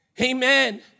Amen